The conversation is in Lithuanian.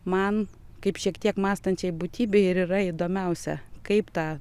man kaip šiek tiek mąstančiai būtybei ir yra įdomiausia kaip tą